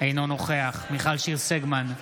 אינו נוכח מיכל שיר סגמן,